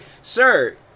sir